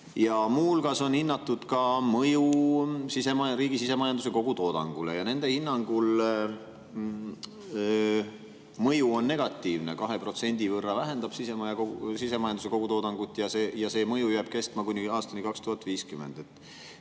Muu hulgas on hinnatud ka mõju riigi sisemajanduse kogutoodangule. Nende hinnangul mõju on negatiivne: 2% võrra vähendab sisemajanduse kogutoodangut ja see mõju jääb kestma kuni aastani 2050.